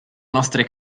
nostre